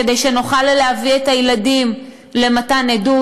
כדי שנוכל להביא את הילדים למתן עדות.